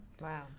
Wow